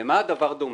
למה הדבר דומה?